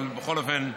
אבל בכל אופן,